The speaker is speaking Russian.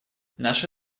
наши